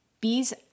bees